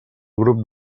grup